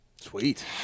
Sweet